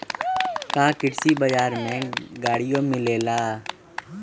का कृषि बजार में गड़ियो मिलेला?